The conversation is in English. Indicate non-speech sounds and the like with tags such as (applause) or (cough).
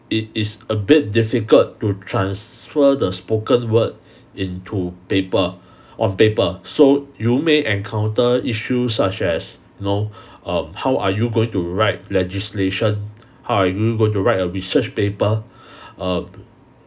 it is a bit difficult to transfer the spoken word into paper on paper so you may encounter issues such as you know um how are you going to write legislation how are you going to write a research paper (breath) um